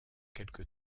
quelque